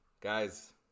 guys